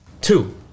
Two